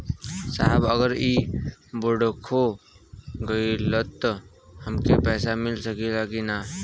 साहब अगर इ बोडखो गईलतऽ हमके पैसा मिल सकेला की ना?